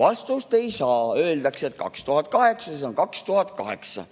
Vastust ei saa! Öeldakse, et 2008 on 2008.